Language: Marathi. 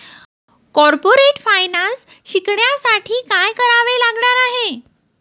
कॉर्पोरेट फायनान्स शिकण्यासाठी काय करावे लागणार आहे?